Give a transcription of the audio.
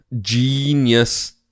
genius